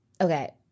okay